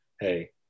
hey